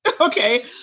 Okay